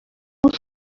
both